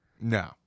No